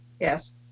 Yes